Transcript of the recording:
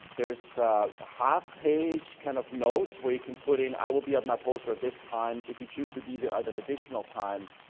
there is a halfpage kind of note where you can put in i will be at my poster at this time. if you choose to be there at an additional time,